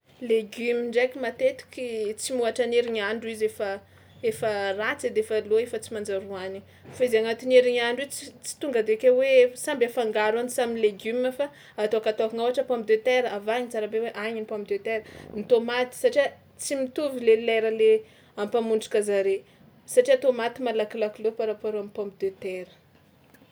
Legioma ndraiky matetiky tsy mihoatra ny herignandro izy efa efa ratsy edy efa lô i fa tsy manjary hohanigny fa izy agnatin'ny herignandro i ts- tsy tonga de ke hoe samby afangaro any samy legiomanfa atôkatôkagna ôhatra pomme de terre avahana tsara be hoe any ny pomme de terre, ny tômaty satria tsy mitovy le lera le ampamontrika zare, satria tômaty malakilaky lô par rapport am'pomme de terre.